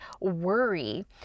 worry